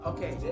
Okay